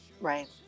right